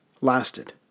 lasted